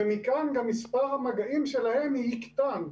ומכאן- גם מספר המגעים שלהם יקטן.